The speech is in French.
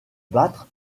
battre